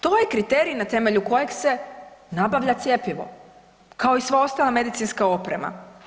To je kriterij na temelju kojeg se nabavlja cjepivo kao i sva ostala medicinska oprema.